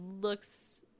looks